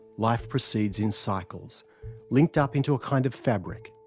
life proceeds in cycles linked up into a kind of fabric.